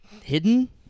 hidden